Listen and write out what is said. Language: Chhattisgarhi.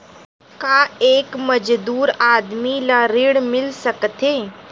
का एक मजदूर आदमी ल ऋण मिल सकथे?